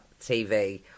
TV